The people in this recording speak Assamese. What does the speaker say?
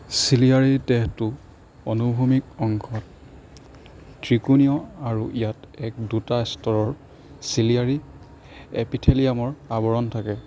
চিলিয়াৰী দেহটো অনুভূমিক অংশত ত্ৰিকোণীয় আৰু ইয়াত এক দুটা স্তৰৰ চিলিয়াৰী এপিথেলিয়ামৰ আৱৰণ থাকে